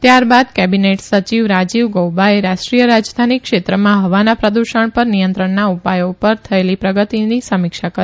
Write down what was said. ત્યારબાદ કેબીનેટ સચિવ રાજીવ ગૌબાએ રાષ્ટ્રીય રાજધાની ક્ષેત્રમાં ફવાના પ્રદુષણ પર નિયંત્રણના ઉપાયો પર થયેલી પ્રગતિની સમીક્ષા કરી